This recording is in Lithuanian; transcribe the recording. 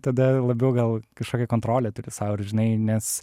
tada labiau gal kažkokią kontrolę turi sau ir žinai nes